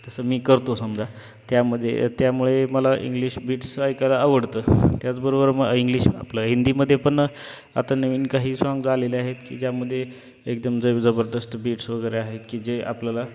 तसं मी करतो समजा त्यामध्ये त्यामुळे मला इंग्लिश बीट्स ऐकायला आवडतं त्याचबरोबर म इंग्लिश आपलं हिंदीमध्ये पण आता नवीन काही साँग्ज आलेले आहेत की ज्यामध्ये एकदम ज जबरदस्त बीट्स वगैरे आहेत की जे आपल्याला